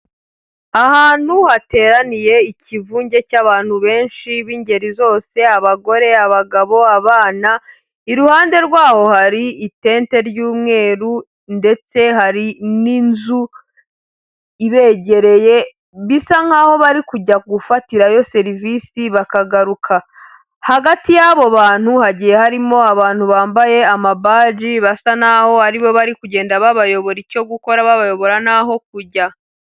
Ahantu hateraniye ikivunge cy'abantu benshi b'ingeri zose, abagore, abagabo, abana, iruhande rwaho hari itente ry'umweru ndetse hari n'inzu ibegereye bisa nk'aho bari kujya gufatirayo serivisi bakagaruka, hagati y'abo bantu hagiye harimo abantu bambaye amabaji basa n'aho ari bo bari kugenda babayobora icyo gukora babayobora n'aho kujya.